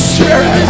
Spirit